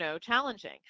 challenging